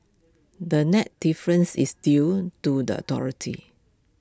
the net difference is due to the authority